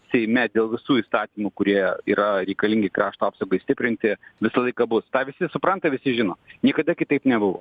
seime dėl visų įstatymų kurie yra reikalingi krašto apsaugai stiprinti visą laiką bus tą visi supranta visi žino niekada kitaip nebuvo